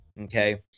okay